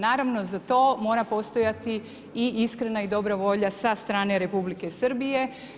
Naravno za to mora postojati i iskrena i dobra volja sa strane Republike Srbije.